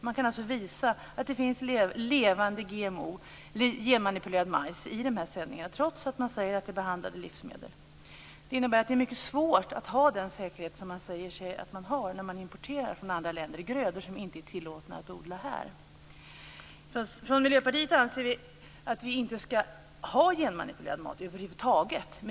Man kan alltså visa att det finns levande GMO, genmanipulerad majs, i sändningarna; detta trots att man säger att det är behandlade livsmedel. Det är alltså mycket svårt att ha den säkerhet som sägs finnas vid import från andra länder. Det gäller grödor som det inte är tillåtet att odla i vårt land. Vi i Miljöpartiet anser att vi inte skall ha genmanipulerad mat över huvud taget.